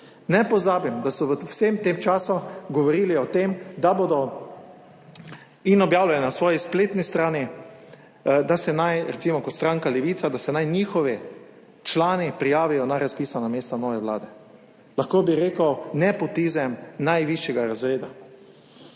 Ne pozabimo, da so v vsem tem času govorili o tem in objavili na svoji spletni strani, da se naj, recimo kot stranka Levica, da se naj njihovi člani prijavijo na razpisana mesta nove vlade. Lahko bi rekel nepotizem najvišjega razreda.